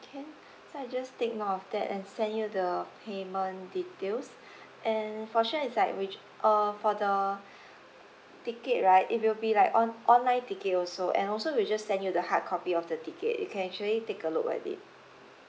can so I'll just take note of that and send you the payment details and for sure it's like which uh for the ticket right it will be like on~ online ticket also and also we'll just send you the hard copy of the ticket you can actually take a look at it